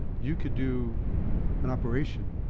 you could do an operation